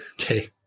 okay